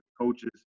coaches